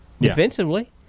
defensively